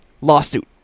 lawsuit